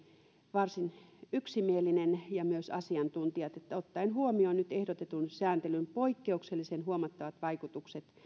varsin yksimielinen ja myös asiantuntijat eli ottaen huomioon nyt ehdotetun sääntelyn poikkeuksellisen huomattavat vaikutukset